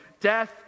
death